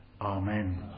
Amen